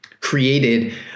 created